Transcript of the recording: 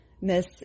Miss